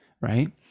right